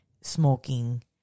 smoking